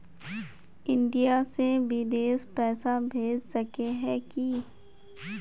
India से बिदेश पैसा भेज सके है की?